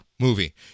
Movie